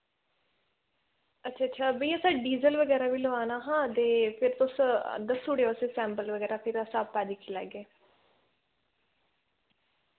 अच्छा अच्छा भैया असें डीजल बगैरा बी लोआना हा ते फिर तुस दस्सूड़ओ असें सैंपल बगैरा फिर अस आप्पै दिक्खी लैगे